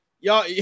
y'all